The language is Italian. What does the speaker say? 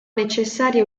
necessarie